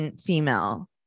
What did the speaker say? female